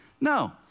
No